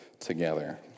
together